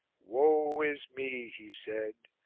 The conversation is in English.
woe is me! he said,